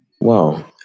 Wow